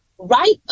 Right